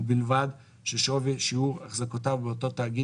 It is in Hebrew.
ובלבד ששווי שיעור החזקותיו באותו תאגיד